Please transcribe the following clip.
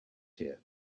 here